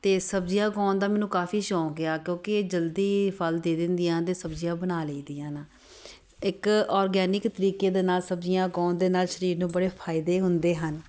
ਅਤੇ ਸਬਜ਼ੀਆਂ ਉਗਾਉਣ ਦਾ ਮੈਨੂੰ ਕਾਫੀ ਸ਼ੌਂਕ ਆ ਕਿਉਂਕਿ ਇਹ ਜਲਦੀ ਫਲ ਦੇ ਦਿੰਦੀਆਂ ਅਤੇ ਸਬਜ਼ੀਆਂ ਬਣਾ ਲਈ ਦੀਆਂ ਨਾ ਇੱਕ ਔਰਗੈਨਿਕ ਤਰੀਕੇ ਦੇ ਨਾਲ ਸਬਜ਼ੀਆਂ ਉਗਾਉਣ ਦੇ ਨਾਲ ਸਰੀਰ ਨੂੰ ਬੜੇ ਫਾਇਦੇ ਹੁੰਦੇ ਹਨ